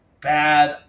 bad